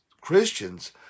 Christians